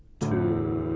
two.